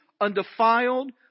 undefiled